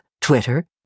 Twitter